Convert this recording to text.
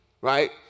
right